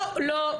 לא, לא.